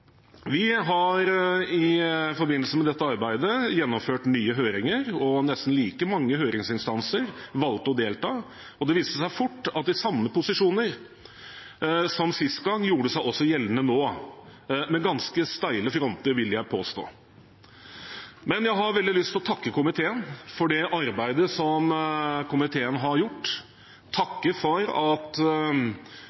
Vi har i forbindelse med dette arbeidet gjennomført nye høringer, og nesten like mange høringsinstanser valgte å delta nå. Det viste seg fort at de samme posisjoner som sist gang, gjorde seg gjeldende også nå – med ganske steile fronter, vil jeg påstå. Jeg har veldig lyst til å takke komiteen for det arbeidet som komiteen har gjort,